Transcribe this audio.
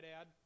add